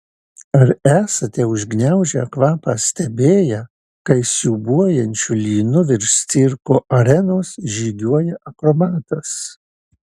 ar esate užgniaužę kvapą stebėję kai siūbuojančiu lynu virš cirko arenos žygiuoja akrobatas